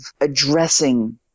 addressing